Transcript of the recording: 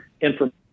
information